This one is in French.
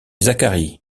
zacharie